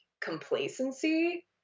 complacency